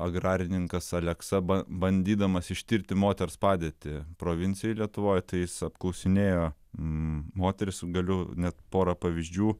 agrarininkas aleksa bandydamas ištirti moters padėtį provincijoj lietuvoj tai jis apklausinėjo moteris galiu net porą pavyzdžių